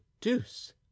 deuce